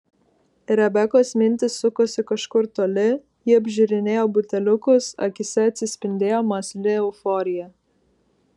rebekos mintys sukosi kažkur toli ji apžiūrinėjo buteliukus akyse atsispindėjo mąsli euforija